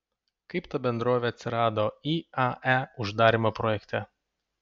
kaip ta bendrovė atsirado iae uždarymo projekte